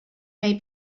may